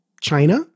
China